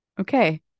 Okay